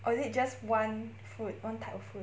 or is it just one food one type of food